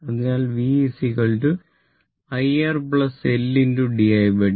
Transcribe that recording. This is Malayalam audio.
അതിനാൽ v i R L di dt